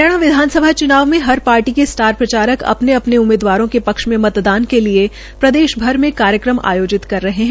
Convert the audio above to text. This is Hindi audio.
हरियाणा विधानसभा चुनाव में हर पार्टी के स्टार प्रचारक अपने अपने उम्मीदवारों के पक्ष में मतदान के लिए प्रदेशभर में कार्यक्रम आयोजित कर रहे है